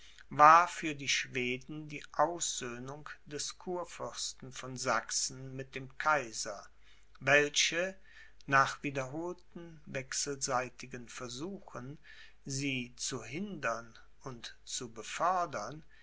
war für die schweden die aussöhnung des kurfürsten von sachsen mit dem kaiser welche nach wiederholten wechselseitigen versuchen sie zu hindern und zu